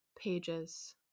pages